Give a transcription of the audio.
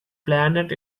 planet